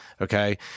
Okay